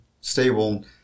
stable